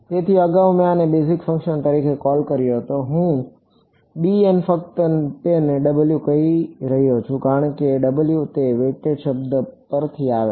તેથી અગાઉ મેં આને બેઝિક ફંક્શન તરીકે કૉલ કર્યો હતો હું ફક્ત તેને W કહી રહ્યો છું કારણ કે W એ વેઇટેડ શબ્દ પરથી આવે છે